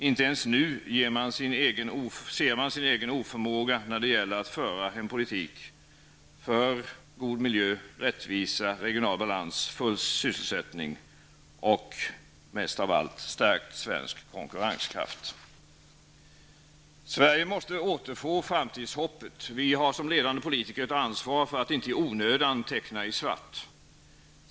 Inte ens nu ser man sin egen oförmåga när det gäller att föra en politik för god miljö, rättvisa, regional balans, full sysselsättning och, mest av allt, stärkt svensk konkurrenskraft. Sverige måste återfå framtidshoppet. Vi har som ledande politiker ett ansvar för att inte i onödan teckna i svart.